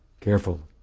Careful